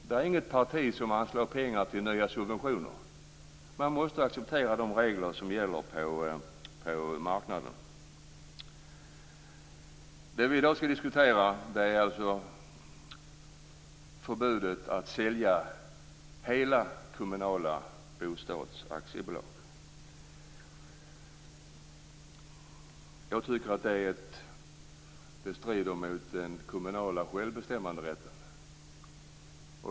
Det är inget parti som anslår pengar till nya subventioner. Man måste acceptera de regler som gäller på marknaden. I dag skall vi diskutera förbudet mot att sälja hela kommunala bostadsaktiebolag. Jag tycker att det strider mot den kommunala självbestämmanderätten.